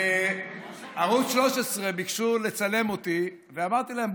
בערוץ 13 ביקשו לצלם אותי ואמרתי להם: